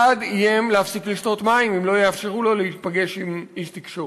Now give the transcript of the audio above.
אחד איים להפסיק לשתות מים אם לא יאפשרו לו להיפגש עם איש תקשורת.